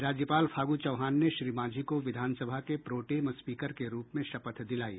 राज्यपाल फागू चौहान ने श्री मांझी को विधानसभा के प्रोटेम स्पीकर के रूप में शपथ दिलायी